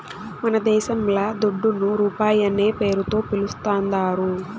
మనదేశంల దుడ్డును రూపాయనే పేరుతో పిలుస్తాందారు